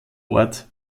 ort